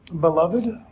beloved